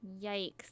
Yikes